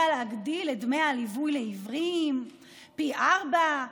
להגדיל את דמי הליווי לעיוורים פי ארבעה,